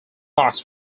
box